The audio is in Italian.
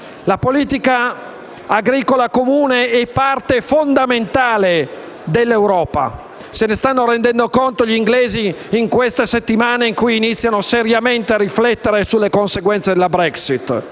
La politica agricola comune è parte fondamentale dell'Europa, come si stanno rendendo conto gli inglesi in queste settimane in cui iniziano seriamente a riflettere sulle conseguenze della Brexit,